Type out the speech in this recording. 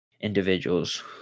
individuals